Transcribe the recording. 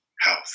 health